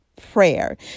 prayer